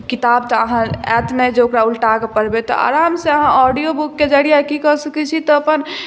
किताब तऽ अहाँ आयत नहि जे अहाँ उलटा कऽ पढ़बै तऽ आरामसँ अहाँ ऑडियो बुकके जरिये की कऽ सकैत छी तऽ अपन